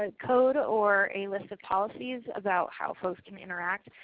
and code or a list of policies about how folks can interact.